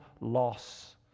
loss